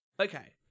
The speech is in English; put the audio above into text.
Okay